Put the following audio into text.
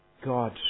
God